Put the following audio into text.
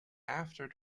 after